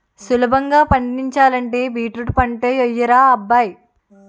సులభంగా పండించాలంటే బీట్రూట్ పంటే యెయ్యరా అబ్బాయ్